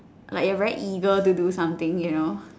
like a very eager to do something you know